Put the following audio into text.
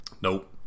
Nope